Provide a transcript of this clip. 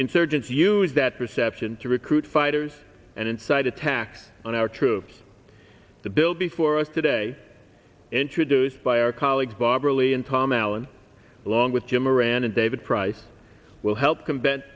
insurgents use that perception to recruit fighters and incite attack on our troops the bill before us today introduced by our colleague barbara lee and tom allen along with jim moran and david price will help combat